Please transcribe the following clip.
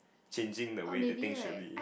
changing the way that things should be